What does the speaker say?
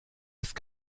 ist